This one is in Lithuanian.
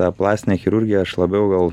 tą plastinę chirurgiją aš labiau gal